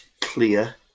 clear